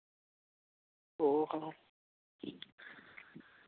ᱳ ᱦᱳ